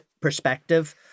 perspective